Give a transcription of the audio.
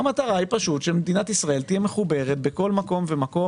המטרה היא שמדינת ישראל תהיה מחוברת בכל מקום ומקום.